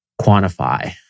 quantify